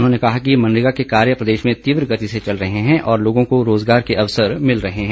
उन्होंने कहा कि मनरेगा के कार्य प्रदेश में तीव्र गति से चल रहे है और लोगों को रोजगार के अवसर मिल रहे है